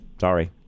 Sorry